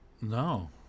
No